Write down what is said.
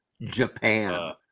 Japan